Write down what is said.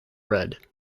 read